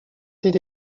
did